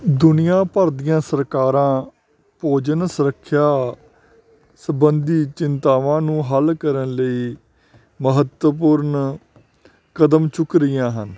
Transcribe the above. ਦੁਨੀਆ ਭਰ ਦੀਆਂ ਸਰਕਾਰਾਂ ਭੋਜਨ ਸੁਰੱਖਿਆ ਸਬੰਧੀ ਚਿਤਾਵਾਂ ਨੂੰ ਹੱਲ ਕਰਨ ਲਈ ਮਹੱਤਵਪੂਰਨ ਕਦਮ ਚੁੱਕ ਰਹੀਆਂ ਹਨ